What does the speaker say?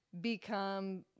become